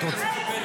את רוצה?